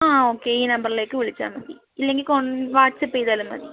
ആ ഓക്കെ ഈ നമ്പറിലേക്ക് വിളിച്ചാൽ മതി ഇല്ലെങ്കിൽ വാട്ട്സ്ആപ്പ് ചെയ്താലും മതി